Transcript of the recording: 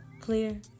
clear